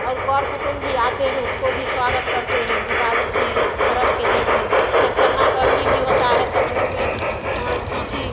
और कार कुटुंब भी आते हैं उसको भी स्वागत करते हैं दीपावली अथि पर्व के दिन में चरचन्ना पवनी भी होता है तो आँगन में छांछी